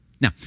Now